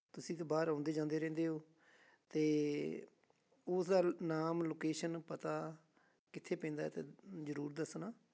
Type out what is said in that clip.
ਤੁਸੀਂ ਤਾਂ ਬਾਹਰ ਆਉਂਦੇ ਜਾਂਦੇ ਰਹਿੰਦੇ ਹੋ ਅਤੇ ਉਸਦਾ ਲ ਨਾਮ ਲੋਕੇਸ਼ਨ ਪਤਾ ਕਿੱਥੇ ਪੈਂਦਾ ਹੈ ਤਾਂ ਜ਼ਰੂਰ ਦੱਸਣਾ